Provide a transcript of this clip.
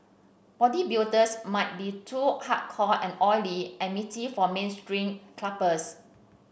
bodybuilders might be too hardcore and oily and meaty for mainstream clubbers